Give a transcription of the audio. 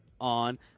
on